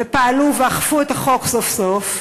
ופעלו ואכפו את החוק סוף-סוף.